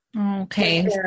Okay